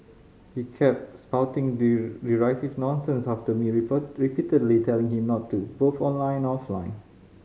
he kept spouting derisive nonsense after me repeatedly telling him not to both online and offline